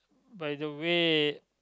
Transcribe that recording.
by the way